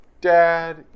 Dad